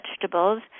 vegetables